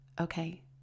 Okay